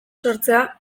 sortzea